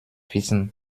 wissen